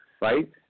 Right